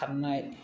खारनाय